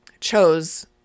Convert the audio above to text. chose